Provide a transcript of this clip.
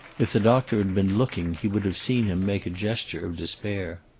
if the doctor had been looking he would have seen him make a gesture of despair.